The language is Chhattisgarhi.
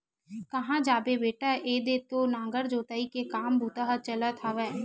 काँहा जाबे बेटा ऐदे तो नांगर जोतई के काम बूता ह चलत हवय